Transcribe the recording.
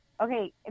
Okay